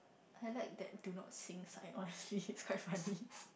I like that do not sing sign honestly quite funny